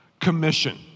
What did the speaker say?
Commission